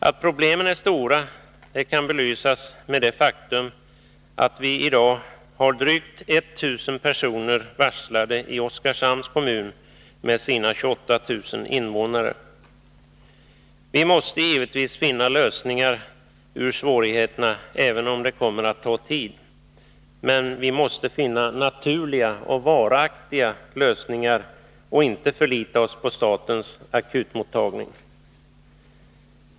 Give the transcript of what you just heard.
Att problemen är stora kan belysas med det faktum att drygt 1000 personer i dag är varslade i Oskarshamns kommun, som har 28 000 invånare. Vi måste givetvis finna vägar ut ur svårigheterna, även om det kommer att ta tid. Men vi måste finna naturliga, varaktiga lösningar och inte förlita oss på statens akutmottagning.